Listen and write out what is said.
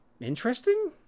interesting